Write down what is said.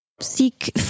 seek